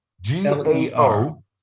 G-A-O